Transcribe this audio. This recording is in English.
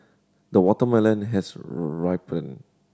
the watermelon has ripened